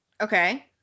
Okay